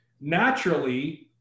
naturally